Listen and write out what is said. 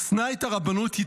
"שנא את הרבנות,